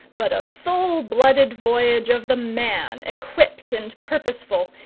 but a full-blooded voyage of the man, equipped and purposeful,